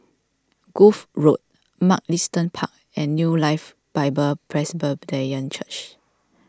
Grove Road Mugliston Park and New Life Bible Presbyterian Church